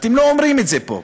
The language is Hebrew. אתם לא אומרים את זה פה,